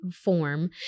form